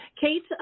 Kate